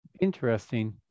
interesting